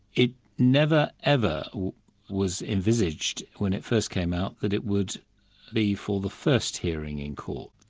it never ever was envisaged when it first came out that it would be for the first hearing in court.